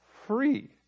free